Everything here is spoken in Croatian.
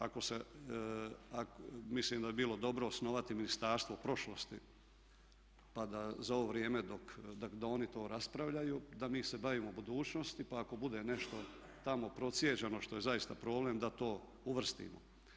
A mislim da bi bilo dobro osnovati ministarstvo prošlosti pa da za ovo vrijeme dok, da oni to raspravljaju da mi se bavimo budućnosti pa ako bude nešto tamo procijeđeno što je zaista problem da to uvrstimo.